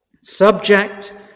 subject